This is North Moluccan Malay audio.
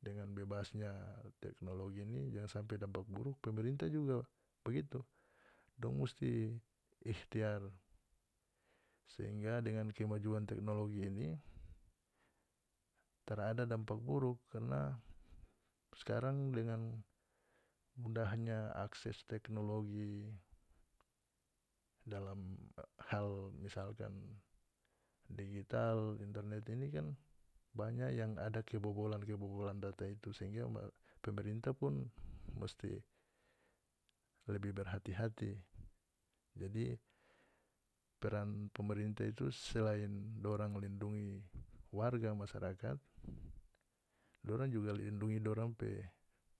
dengan bebasnya teknologi ini jangan sampai dampak buruk pemerintah juga begitu dong musti ikhtiar sehingga dengan kemajuan teknologi ini tarada dampak buruk karna skarang dengan mudahnya akses teknologi dalam hal misalkan digital internet ini kan banya yang ada kebobolan-kebobolan data itu sehingga pemerintah pun musti lebih berhati-hati jadi peran pemerintah itu selain dorang lindungi warga masyarakat dorang juga lindungi dorang pe.